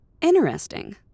Interesting